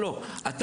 בני, הערתך נרשמה.